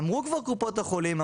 אמרו כבר קופות החולים,